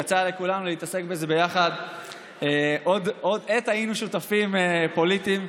יצא לכולם להתעסק בזה יחד עת היינו שותפים פוליטיים.